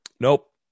Nope